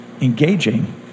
engaging